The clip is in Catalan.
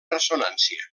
ressonància